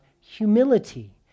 humility